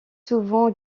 souvent